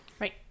right